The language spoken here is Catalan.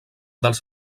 dels